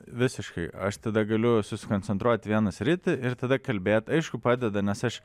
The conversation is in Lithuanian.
visiškai aš tada galiu susikoncentruot į vieną sritį ir tada kalbėt aišku padeda nes aš